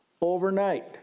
overnight